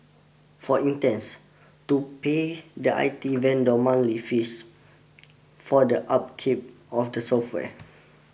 for instance to pay the I T vendor monthly fees for the upkeep of the software